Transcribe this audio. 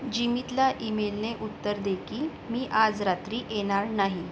जिमीतला ईमेलने उत्तर दे की मी आज रात्री येणार नाही